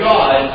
God